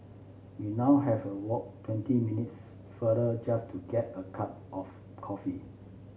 we now have a walk twenty minutes farther just to get a cup of coffee